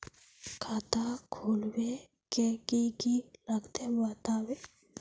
खाता खोलवे के की की लगते बतावे?